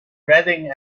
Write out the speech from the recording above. redding